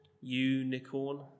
unicorn